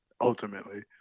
ultimately